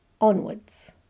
Onwards